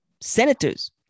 senators